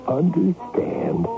understand